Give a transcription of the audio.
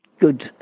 good